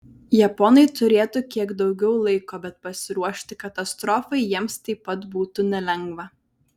japonai turėtų kiek daugiau laiko bet pasiruošti katastrofai jiems taip pat būtų nelengva